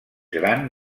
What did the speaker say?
gran